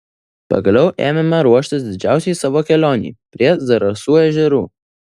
pagaliau ėmėme ruoštis didžiausiai savo kelionei prie zarasų ežerų